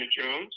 Jones